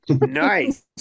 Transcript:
Nice